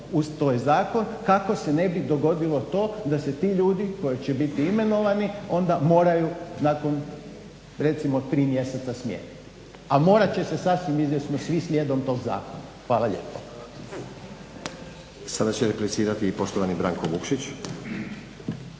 uz taj zakon kako se ne bi dogodilo to da se ti ljudi koji će biti imenovani onda moraju nakon recimo tri mjeseca smijeniti. A morat će se sasvim izvjesno svi slijedom tog zakona. Hvala lijepo. **Stazić, Nenad (SDP)** Sada će replicirati i poštovani Branko Vukšić.